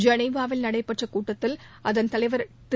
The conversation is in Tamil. ஜெளீவாவில் நடைபெற்ற கூட்டத்தில் அதன் தலைவர் திரு